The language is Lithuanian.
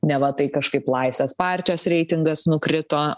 neva tai kažkaip laisvės partijos reitingas nukrito